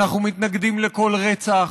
אנחנו מתנגדים לכל רצח,